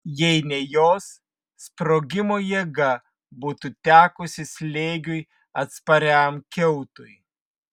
jei ne jos sprogimo jėga būtų tekusi slėgiui atspariam kiautui